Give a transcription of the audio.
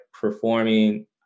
performing